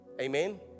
amen